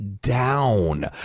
down